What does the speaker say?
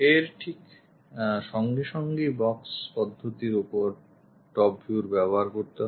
এর ঠিক সঙ্গে সঙ্গেই box পদ্ধতির ওপর top view ব্যবহার করতে হয়